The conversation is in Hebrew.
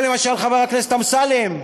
או, למשל, חבר הכנסת אמסלם,